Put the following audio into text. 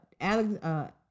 Alex